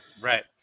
Right